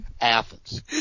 Athens